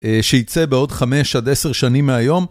שייצא בעוד 5 עד 10 שנים מהיום.